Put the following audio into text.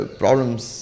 problems